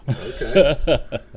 Okay